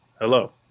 Hello